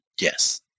Yes